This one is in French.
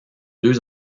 deux